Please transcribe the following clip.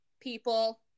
people